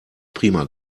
prima